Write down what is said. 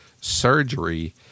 surgery